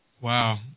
Wow